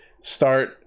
start